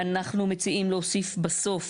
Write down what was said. אנחנו מציעים להוסיף בסוף,